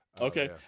Okay